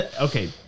Okay